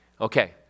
Okay